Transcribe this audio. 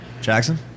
Jackson